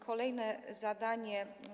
Kolejne zadanie.